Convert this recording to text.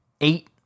eight